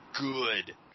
good